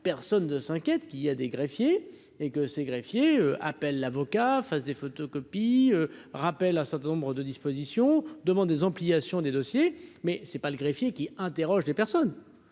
personne ne s'inquiète qu'il y a des greffiers et que ces greffiers appellent l'avocat fasse des photocopies, rappelle un certain nombre de dispositions demande des ampliation, des dossiers, mais c'est pas le greffier qui interroge des personnes,